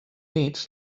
nits